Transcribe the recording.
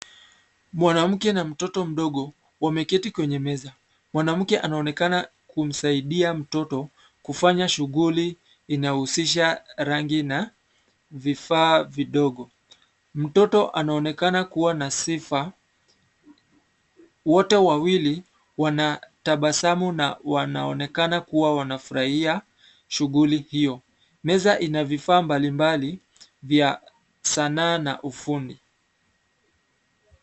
Mwanamke na mtoto mdogo wameketi kwenye meza. Mwanamke anaonekana kumsaidia mtoto kufanya shughuli inahusisha rangi na vifaa vidogo. Mtoto anaonekana kuwa na sifa. Wote wawili wanatabasamu na wanaonekana kuwa wanafurahia shughuli hiyo. Meza ina vifaa mbali mbali vya sanaa na ufundi.